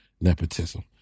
nepotism